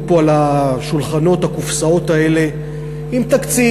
פה על השולחנות הקופסאות האלה עם תקציב,